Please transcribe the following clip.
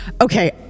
Okay